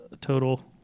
Total